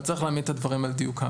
אבל צריך להעמיד את הדברים על דיוקם.